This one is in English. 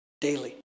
daily